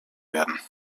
werden